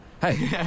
hey